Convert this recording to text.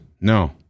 No